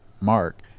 mark